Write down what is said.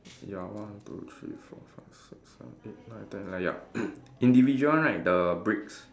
ya one two three four five six seven eight nine ten yup individual one right the bricks